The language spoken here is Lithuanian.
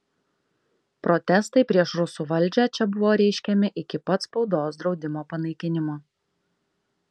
protestai prieš rusų valdžią čia buvo reiškiami iki pat spaudos draudimo panaikinimo